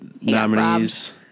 nominees